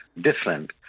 different